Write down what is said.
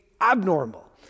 abnormal